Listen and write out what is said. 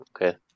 Okay